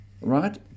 right